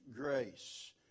grace